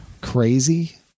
crazy